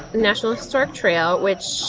national historic trail which